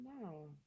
No